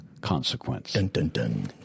consequence